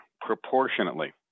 proportionately